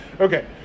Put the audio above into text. Okay